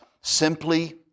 simply